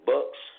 Bucks